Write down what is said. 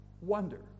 wonder